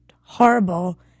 horrible